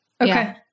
Okay